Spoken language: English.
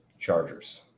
Chargers